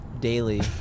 daily